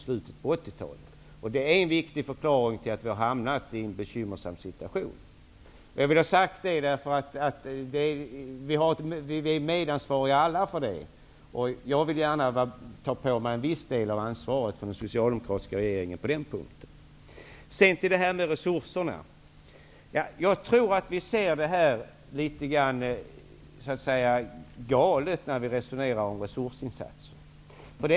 Det är en viktig förklaring till att vi har hamnat i en bekymmersam situation. Vi är alla medansvariga till det, och jag vill gärna ta på mig den del av ansvaret som vilar på oss socialdemokrater och den socialdemokratiska regeringen på den punkten. Sedan till resurserna. Jag tror att vi ser det litet galet när vi resonerar om resursinsatser.